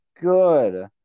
good